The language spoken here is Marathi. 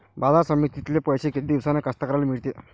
बाजार समितीतले पैशे किती दिवसानं कास्तकाराइले मिळते?